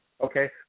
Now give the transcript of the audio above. okay